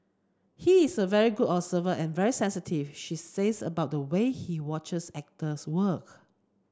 he is a very good observer and very sensitive she says about the way he watches actors work